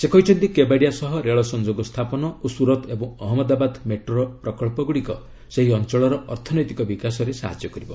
ସେ କହିଛନ୍ତି କେବାଡ଼ିଆ ସହ ରେଳ ସଂଯୋଗ ସ୍ଥାପନ ଓ ସ୍କରତ୍ ଏବଂ ଅହମ୍ମଦାବାଦ ମେଟ୍ରୋ ପ୍ରକବ୍ଧଗୁଡ଼ିକ ସେହି ଅଞ୍ଚଳର ଅର୍ଥନୈତିକ ବିକାଶରେ ସାହାଯ୍ୟ କରିବ